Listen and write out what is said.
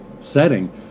setting